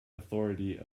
authority